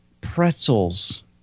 pretzels